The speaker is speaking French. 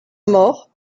mort